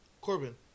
Corbin